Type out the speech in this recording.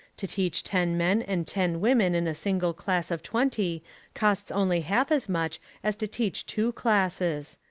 to teach ten men and ten women in a single class of twenty costs only half as much as to teach two classes.